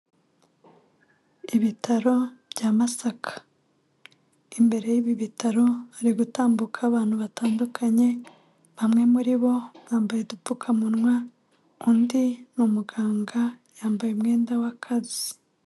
Ibitaro bya Masaka, imbere y'ibi bitaro hari gutambuka abantu batandukanye, bamwe muri bo bambaye udupfukamunwa undi ni umuganga yambaye umwenda w'akazi.